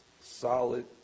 solid